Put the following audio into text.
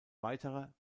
weiterer